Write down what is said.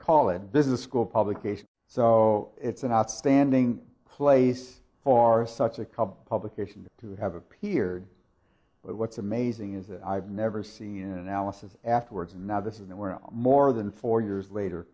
call it business school publication so it's an outstanding place for a such a cub publication to have appeared but what's amazing is i've never seen analysis afterwards and now this is where more than four years later